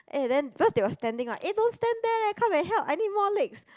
eh then because they were standing what eh don't stand there leh come and help I need more legs